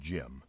Jim